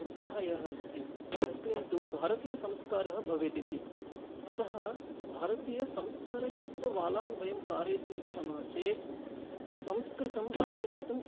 पुत्रः यः अस्ति तस्मिन् तु भारतीयसंस्कारः भवेत् इति अतः भारतीयसंस्कारयुक्तबालान् वयं कारयितुम् इच्छामः चेत् संस्कृतम् अत्यन्तम्